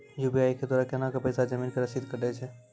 UPI के द्वारा केना कऽ पैसा जमीन के रसीद कटैय छै?